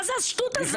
מה זו השטות הזו?